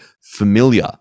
familiar